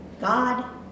God